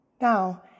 Now